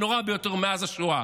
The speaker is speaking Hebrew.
הנורא ביותר מאז השואה.